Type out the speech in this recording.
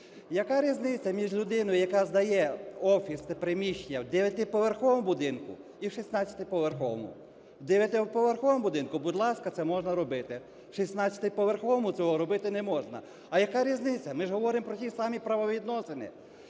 Яка різниця між людиною, яка здає офіс, приміщення в дев'ятиповерховому будинку і в шістнадцятиповерховому? В дев'ятиповерховому будинку, будь ласка, це можна робити. В шістнадцятиповерховому цього робити не можна. А яка різниця? Ми ж говоримо про ті ж самі правовідносини.